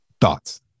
thoughts